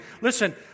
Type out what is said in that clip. Listen